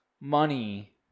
money